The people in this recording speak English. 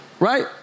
right